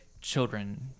children